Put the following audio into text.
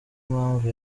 impamvu